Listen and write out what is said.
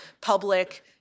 public